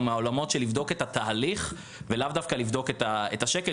הוא מהעולמות של לבדוק את התהליך ולאו דווקא לבדוק את השקל.